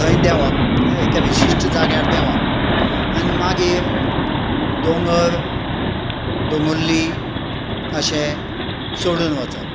खंय देवप एका विशिश्ट जाग्यार देवप आनी मागीर दोंगर दोगुल्ली अशें सोडून वचप